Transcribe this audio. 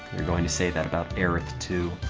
say that about arith too.